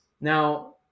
Now